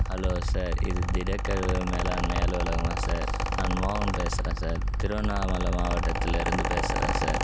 hello sir இது திடக்கழிவு மேலாண்மை அலுவலகமா சார் நான் மோகன் பேசுறேன் சார் திருவண்ணாமலை மாவட்டத்தில் இருந்து பேசுறேன் சார்